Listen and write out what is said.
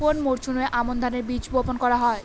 কোন মরশুমে আমন ধানের বীজ বপন করা হয়?